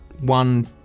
one